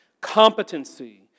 competency